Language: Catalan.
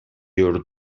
llur